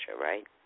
right